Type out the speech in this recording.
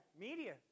media